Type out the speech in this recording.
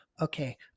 Okay